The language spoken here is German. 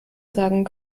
sagen